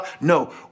No